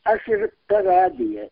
aš ir per radiją